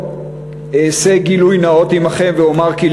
אעשה גילוי נאות עמכם ואומר כי,